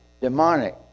demonic